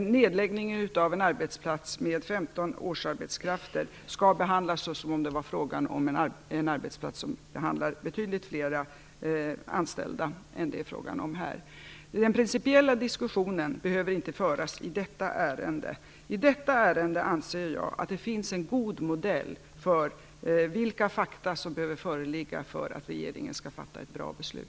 nedläggningen av en arbetsplats med 15 årsarbetskrafter skall behandlas som om det var fråga om en arbetsplats med betydligt fler anställda än det är fråga om i detta sammanhang. Den principiella diskussionen behöver inte föras i detta ärende. I detta ärende anser jag att det finns en god modell för vilka fakta som behöver föreligga för att regeringen skall fatta ett bra beslut.